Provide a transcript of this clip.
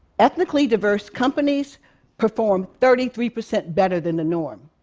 ethnically diverse companies perform thirty three percent better than the norm.